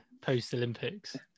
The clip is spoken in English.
post-Olympics